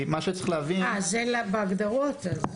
זה בהגדרות.